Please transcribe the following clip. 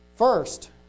First